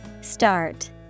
Start